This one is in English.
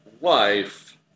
life